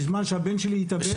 בזמן שהבן שלי התאבד,